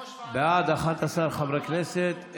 בעד, 11 חברי כנסת.